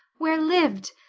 where liv'd?